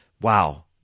Wow